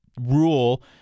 rule